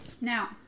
Now